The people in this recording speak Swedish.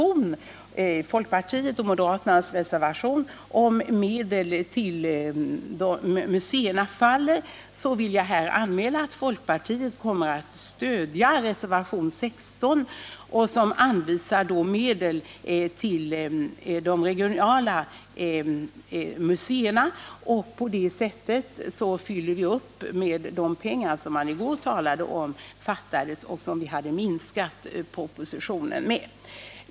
Om folkpartiets och moderaternas reservation om medel till museerna faller, så kommer folkpartiet att stödja reservationen 16, som anvisar medel till de regionala museerna. På det sättet fyller vi upp med de pengar som man i går talade om fattades och som vi hade minskat propositionen med.